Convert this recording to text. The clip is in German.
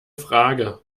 frage